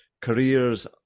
careers